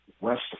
west